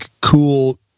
cool